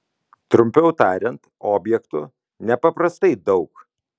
trumpiau tariant objektų nepaprastai daug